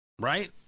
right